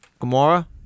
Gamora